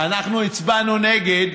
ואנחנו הצבענו נגד,